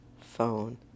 phone